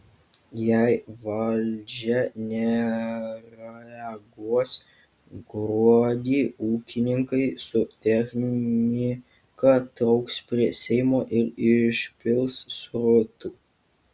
jei valdžia nereaguos gruodį ūkininkai su technika trauks prie seimo ir išpils srutų